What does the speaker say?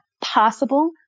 Possible